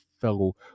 fellow